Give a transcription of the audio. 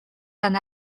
tan